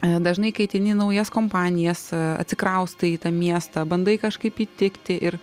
nedažnai kai ateini į naujas kompanijas atsikraustai į tą miestą bandai kažkaip įtikti ir